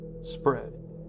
Spread